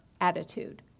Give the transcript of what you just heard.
attitude